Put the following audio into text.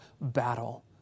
battle